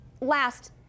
last